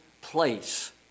place